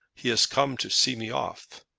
he has come to see me off.